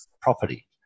property